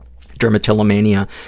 dermatillomania